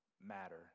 matter